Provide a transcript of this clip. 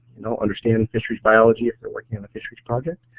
you know understand fisheries biology if they're working on a fisheries project.